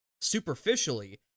superficially